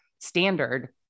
standard